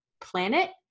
planet